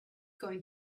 going